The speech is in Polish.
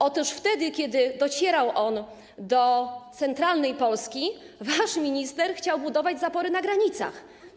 Otóż wtedy kiedy docierał on do centralnej Polski, wasz minister chciał budować zapory na granicach.